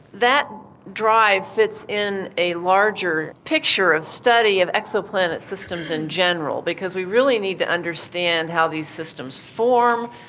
that drive fits in a larger picture of study of exoplanet systems in general because we really need to understand how these systems form,